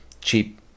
cheap